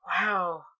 Wow